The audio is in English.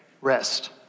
rest